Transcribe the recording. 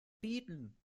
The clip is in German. bieten